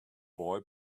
boy